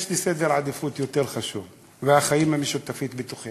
יש לי משהו יותר חשוב בסדר העדיפויות: החיים המשותפים בתוכנו.